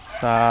sa